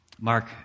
Mark